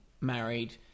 married